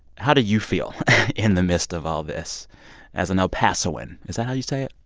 how do you feel in the midst of all this as an el pasoan? is that how you say it?